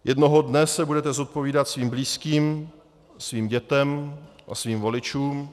Jednoho dne se budeme zodpovídat svým blízkým a svým dětem a svým voličům.